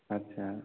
আচ্ছা